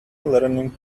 learning